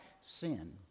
Sin